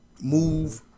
move